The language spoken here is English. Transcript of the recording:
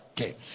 Okay